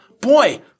Boy